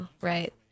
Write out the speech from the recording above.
right